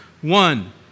One